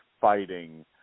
fighting